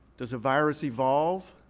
does a virus evolve?